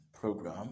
program